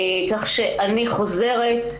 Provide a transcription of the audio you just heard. אני חוזרת,